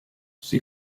sie